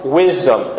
wisdom